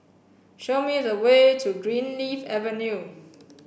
show me the way to Greenleaf Avenue